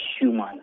human